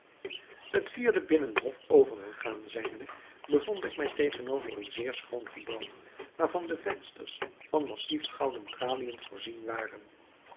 het vierde binnenhof overgegaan zijnde bevond ik mij tegenover een zeer schoon gebouw waarvan de vensters van massief gouden traliën voorzien waren